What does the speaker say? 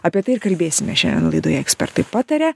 apie tai ir kalbėsime šiandien laidoje ekspertai pataria